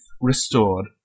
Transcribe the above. restored